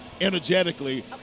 energetically